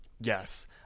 Yes